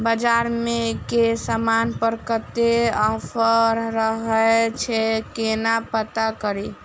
बजार मे केँ समान पर कत्ते ऑफर रहय छै केना पत्ता कड़ी?